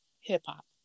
hip-hop